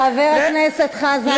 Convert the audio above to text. חבר הכנסת חזן,